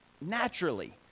naturally